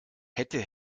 hätte